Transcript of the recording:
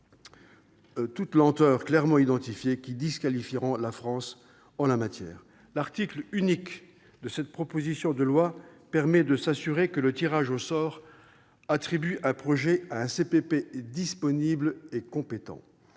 Ces lenteurs clairement identifiées finiront par disqualifier la France en la matière. L'article unique de cette proposition de loi vise à s'assurer que le tirage au sort attribue un projet à un CPP disponible et compétent.